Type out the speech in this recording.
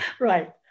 Right